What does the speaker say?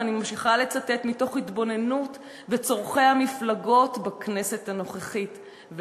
ואני ממשיכה לצטט: מתוך התבוננות בצורכי המפלגות בכנסת הנוכחית,